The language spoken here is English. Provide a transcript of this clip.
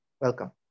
Welcome